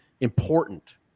important